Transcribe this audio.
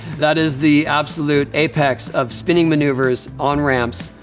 that is the absolute apex of spinning maneuvers on ramps.